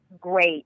great